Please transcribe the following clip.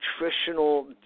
nutritional